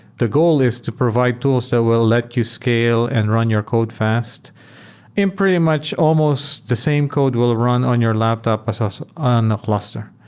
the goal is to provide tools that so will let you scale and run your code fast and pretty much almost the same code will ah run on your laptop but so on a cluster.